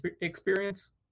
experience